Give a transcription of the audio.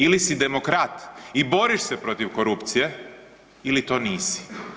Ili si demokrat i boriš se protiv korupcije ili to nisi.